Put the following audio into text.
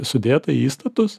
sudėta į įstatus